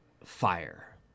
fire